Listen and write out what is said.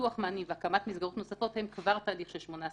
פיתוח מענים והקמת מסגרות נוספות הם כבר תהליך של 18 חודש.